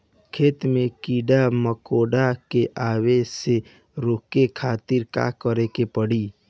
खेत मे कीड़ा मकोरा के आवे से रोके खातिर का करे के पड़ी?